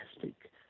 fantastic